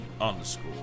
underscore